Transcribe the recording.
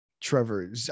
Trevor